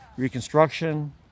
reconstruction